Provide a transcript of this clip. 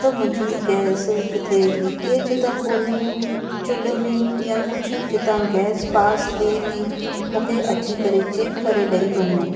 त मुंहिंजी गैस किथे लीकेज त कोन्हे चुल्हि में या कुझु जितां गैस पास थिये थी मूंखे अची करे चेक करे ॾेई वञो